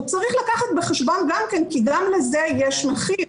צריך לקחת בחשבון גם כן כי גם לזה יש מחיר,